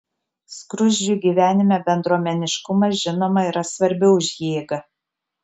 skruzdžių gyvenime bendruomeniškumas žinoma yra svarbiau už jėgą